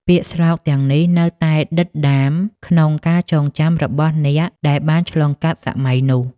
ពាក្យស្លោកទាំងនេះនៅតែដិតដាមក្នុងការចងចាំរបស់អ្នកដែលបានឆ្លងកាត់សម័យនោះ។